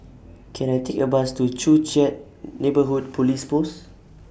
Can I Take A Bus to Joo Chiat Neighbourhood Police Post